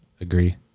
Agree